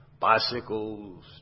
bicycles